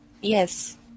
Yes